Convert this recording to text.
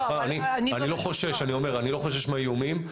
אני לא חושש מהאיומים.